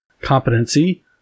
competency